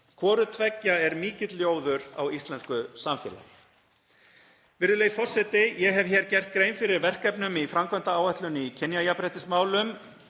Hvoru tveggja er mikill ljóður á íslensku samfélagi. Virðulegi forseti. Ég hef hér gert grein fyrir verkefnum í framkvæmdaáætlun í kynjajafnréttismálum